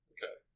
Okay